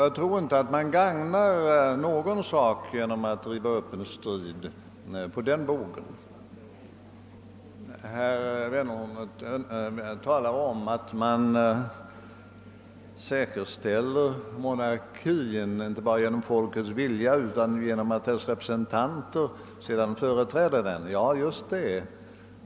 Jag tror inte att man gagnar någon sak genom att riva upp en strid på den bogen. Herr Wennerfors talade om att man säkerställer monarkin inte bara genom folkets vilja utan genom att dess representanter i riksdagen genomför denna vilja. Ja, just det!